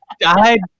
died